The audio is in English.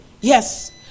Yes